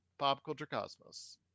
PopCultureCosmos